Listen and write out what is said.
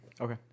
Okay